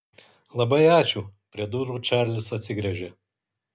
labai ačiū prie durų čarlis atsigręžė